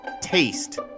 taste